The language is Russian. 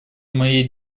моей